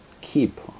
keep